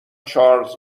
چارلز